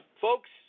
folks